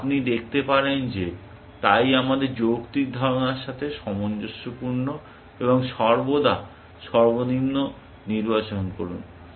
আপনি দেখতে পারেন যে তাই আমাদের যৌক্তিক ধারণার সাথে সামঞ্জস্যপূর্ণ এবং সর্বদা সর্বনিম্ন নির্বাচন করুন